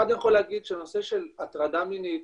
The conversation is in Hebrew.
אחת, אני יכול להגיד שהנושא של הטרדה מינית,